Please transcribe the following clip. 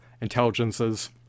intelligences